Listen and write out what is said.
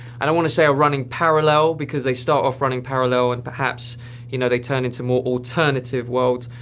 i don't wanna say are running parallel, because they start off running parallel and perhaps you know they turn into more alternative worlds,